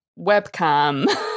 webcam